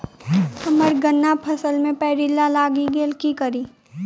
हम्मर गन्ना फसल मे पायरिल्ला लागि की करियै?